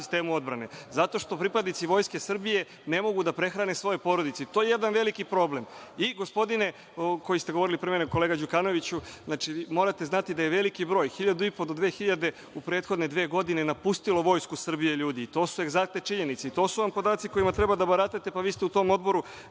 sistemu odbrane, zato što pripadnici Vojske Srbije ne mogu da prehrane svoje porodice i to je jedan veliki problem. Gospodine koji ste govorili pre mene, kolega Đukanoviću, morate znati da je veliki broj, 1.500 do 2.000 u prethodne dve godine napustilo Vojsku Srbiju ljudi. To su egzaktne činjenice, to su podaci kojima trebate da baratate. Pa, vi ste u tom Odboru,